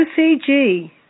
OCG